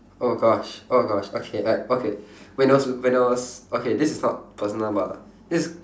oh gosh oh gosh okay I okay when I was when I was okay this is not personal but this is